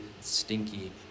stinky